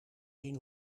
zien